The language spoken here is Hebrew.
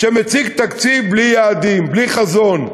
שמציג תקציב בלי יעדים, בלי חזון.